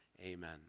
Amen